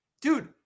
Dude